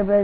3